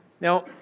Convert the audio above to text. Now